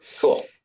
Cool